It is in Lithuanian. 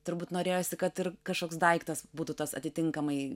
turbūt norėjosi kad ir kažkoks daiktas būtų tas atitinkamai